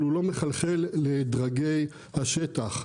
אבל הוא לא מחלחל לדרגי השטח.